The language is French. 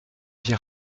vie